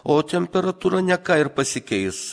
o temperatūra ne ką ir pasikeis